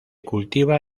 cultiva